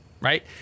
right